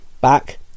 back